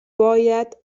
باید